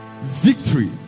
victory